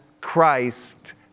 Christ